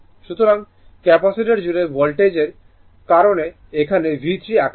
সুতরাং ক্যাপাসিটার জুড়ে ভোল্টেজের কারণে এখানে V3 আঁকা হয়